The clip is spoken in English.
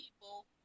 people